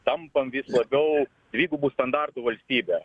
tampam vis labiau dvigubų standartų valstybe